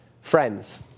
friends